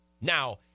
Now